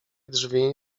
drzwi